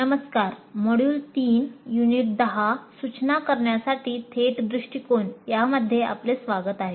नमस्कार मोड्युल 3 यामध्ये आपले स्वागत आहे